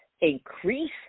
increase